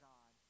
God